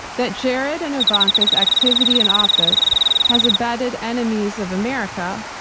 that jared and ivanka's activity in office has abated enemies of america,